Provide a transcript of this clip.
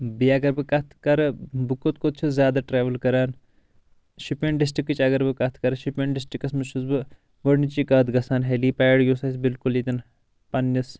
بیٚیہِ اگر بہٕ کتھ کرٕ بہٕ کوٚت کوٚت چھُس زیادٕ ٹریوٕل کران شُپیان ڈِسٹرٕکٕچ اگر بہٕ کتھ کرٕ شُپیان ڈِسٹرکس منٛز چھُس بہٕ گۄڈٕنچی کتھ گژھان ہٮ۪لی پیڈ یُس اسہِ بالکُل ییٚتٮ۪ن پنٕنس